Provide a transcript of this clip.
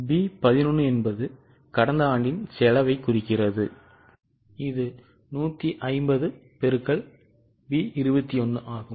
B 11 என்பது கடந்த ஆண்டின் செலவைக் குறிக்கிறது இது 150 XB 21 ஆகும்